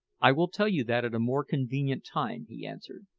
i will tell you that at a more convenient time, he answered,